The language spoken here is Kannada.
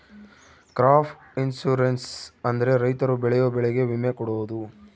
ಕ್ರಾಪ್ ಇನ್ಸೂರೆನ್ಸ್ ಅಂದ್ರೆ ರೈತರು ಬೆಳೆಯೋ ಬೆಳೆಗೆ ವಿಮೆ ಕೊಡೋದು